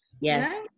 Yes